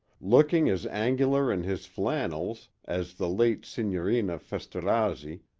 looking as angular in his flannels as the late signorina festorazzi,